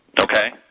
Okay